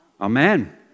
Amen